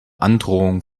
androhung